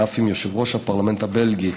ואף עם יושב-ראש הפרלמנט הבלגי